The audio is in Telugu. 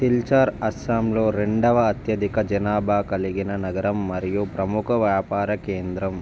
సిల్చార్ అస్సాంలో రెండవ అత్యధిక జనాభా కలిగిన నగరం మరియు ప్రముఖ వ్యాపార కేంద్రం